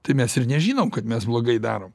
tai mes ir nežinom kad mes blogai darom